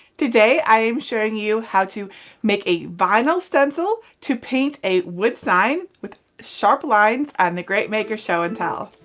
today, i am showing you how to make a vinyl stencil to paint a wood sign with sharp lines on the great maker show so and tell.